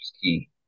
key